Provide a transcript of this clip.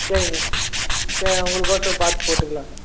சரிங்க சரி உங்களுக்கொசரம் பார்த்து போட்டுக்கலாங்க